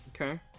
Okay